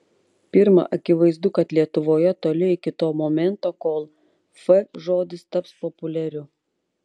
pirma akivaizdu kad lietuvoje toli iki to momento kol f žodis taps populiariu